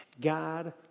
God